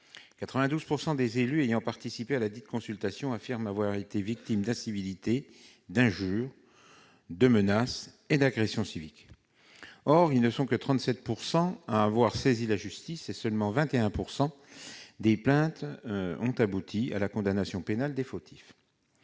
les élus ayant participé à cette consultation, 92 % affirment avoir été victimes d'incivilités, d'injures, de menaces ou d'agressions civiques. Or ils ne sont que 37 % à avoir saisi la justice, et 21 % seulement des plaintes ont abouti à la condamnation pénale des fautifs.